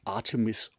Artemis